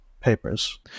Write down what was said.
papers